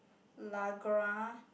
largra